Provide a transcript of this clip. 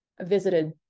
visited